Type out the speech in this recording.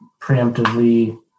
preemptively